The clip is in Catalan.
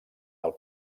del